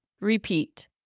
repeat